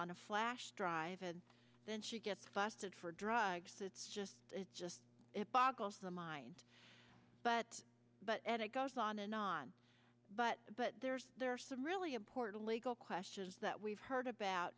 on a flash drive and then she gets busted for drugs it's just it's just it boggles the mind but but and it goes on and on but but there are some really important legal questions that we've heard about